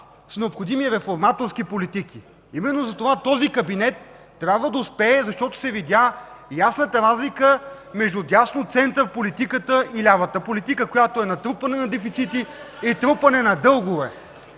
са необходими реформаторски политики. Именно затова този кабинет трябва да успее, защото се видя ясната разлика между дясно-център политиката и лявата политика, която е натрупване на дефицити и трупане на дългове.